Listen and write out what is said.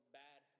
bad